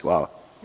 Hvala.